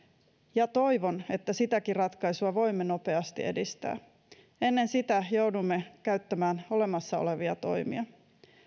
ja toivon että sitäkin ratkaisua voimme nopeasti edistää ennen sitä joudumme käyttämään olemassa olevia toimia